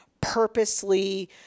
purposely